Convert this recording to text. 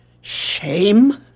Shame